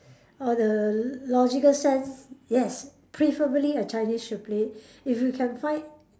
or the logical sense yes preferably a Chinese should play if you can find